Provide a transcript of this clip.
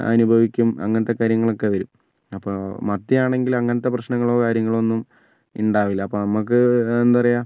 അനുഭവിക്കും അങ്ങനത്തെ കാര്യങ്ങളൊക്കെ വരും അപ്പോൾ മത്തി ആണെങ്കിൽ അങ്ങനെത്തെ പ്രശ്നങ്ങളോ കാര്യങ്ങളോ ഒന്നും ഉണ്ടാകില്ല അപ്പോൾ നമുക്ക് എന്താ പറയുക